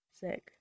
Sick